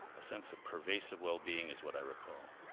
a sense of pervasive well-being is what i recall,